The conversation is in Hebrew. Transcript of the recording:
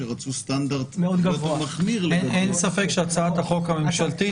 שרצו סטנדרט הרבה יותר מחמיר --- אין ספק שהצעת החוק הממשלתית